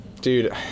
Dude